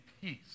peace